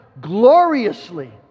gloriously